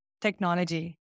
technology